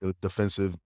defensive